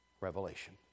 Revelation